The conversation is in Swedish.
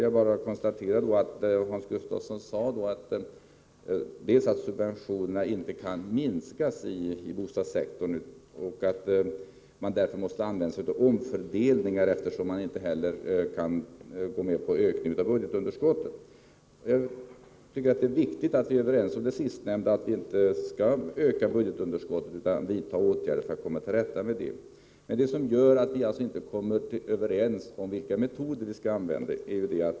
Jag konstaterar att Hans Gustafsson sade att subventionerna inom bostadssektorn inte kan minskas på annat sätt än genom omfördelningar, eftersom man inte vill gå in på åtgärder som innebär en ökning av budgetunderskottet. Jag tycker det är viktigt att vi är överens om det sistnämnda, nämligen att vi inte skall öka budgetunderskottet utan vidta åtgärder för att komma till rätta med det. Men det finns vissa orsaker till att vi inte kommer överens om vilka metoder vi skall använda.